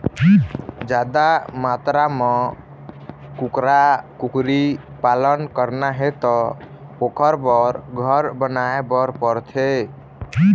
जादा मातरा म कुकरा, कुकरी पालन करना हे त ओखर बर घर बनाए बर परथे